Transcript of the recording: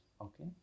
okay